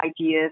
ideas